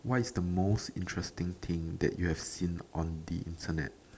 what is the most interesting thing that you have seen on the Internet